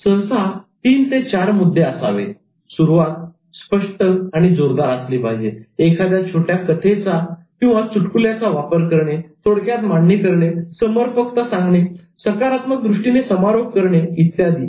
सहसा तीन ते चार मुद्दे असावेत सुरुवात स्पष्ट आणि जोरदार असली पाहिजे एखाद्या छोट्या कथेचा चुटकुल्याचा वापर करणे थोडक्यात मांडणी करणे समर्पक करणे सकारात्मक दृष्टीने समारोप करणे इत्यादी